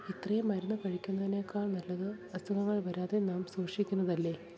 ഇത്രയും മരുന്ന് കഴിക്കുന്നതിനേക്കാൾ നല്ലത് അസുഖങ്ങൾ വരാതെ നാം സൂക്ഷിക്കുന്നതല്ലേ